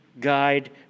guide